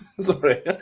Sorry